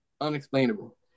unexplainable